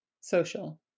Social